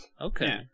Okay